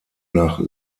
nach